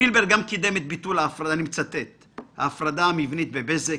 "פילבר גם קידם את ההפרדה המבנית בבזק,